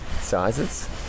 sizes